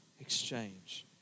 exchange